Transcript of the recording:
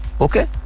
Okay